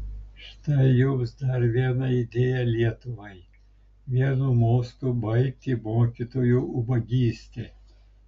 štai jums dar viena idėja lietuvai vienu mostu baigti mokytojų ubagystę